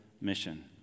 mission